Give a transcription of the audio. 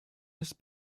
his